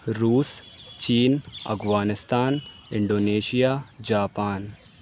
روس چین Afghanistan Indonesia Japan